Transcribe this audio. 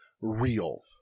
real